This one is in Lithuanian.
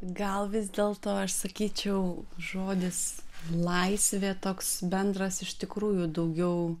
gal vis dėlto aš sakyčiau žodis laisvė toks bendras iš tikrųjų daugiau